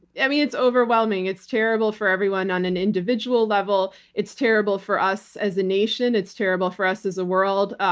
yeah mean it's overwhelming. it's terrible for everyone on an individual level. it's terrible for us as a nation. it's terrible for us as a world.